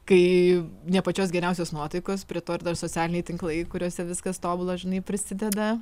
kai ne pačios geriausios nuotaikos prie to ir dar socialiniai tinklai kuriuose viskas tobula žinai prisideda